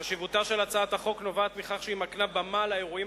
חשיבותה של הצעת החוק נובעת מכך שהיא מקנה במה לאירועים